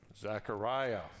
Zachariah